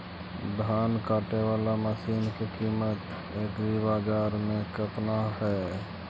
धान काटे बाला मशिन के किमत एग्रीबाजार मे कितना है?